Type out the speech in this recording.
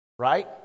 Right